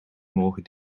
morgen